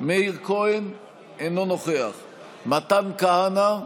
מאיר כהן, אינו נוכח מתן כהנא,